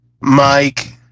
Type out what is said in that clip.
Mike